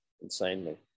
insanely